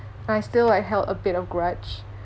I still like held a bit of grudge